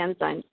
enzymes